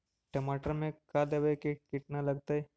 टमाटर में का देबै कि किट न लगतै?